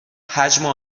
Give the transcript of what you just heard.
حجم